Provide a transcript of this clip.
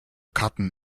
karten